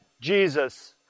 Jesus